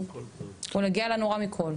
אז הוא מגיע לנורא מכל.